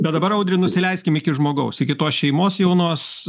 bet dabar audri nusileiskim iki žmogaus iki tos šeimos jaunos